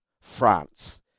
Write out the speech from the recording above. France